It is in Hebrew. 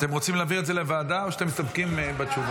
אתם רוצים להעביר את זה לוועדה או שאתם מסתפקים בתשובה?